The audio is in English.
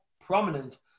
prominent